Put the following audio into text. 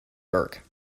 burke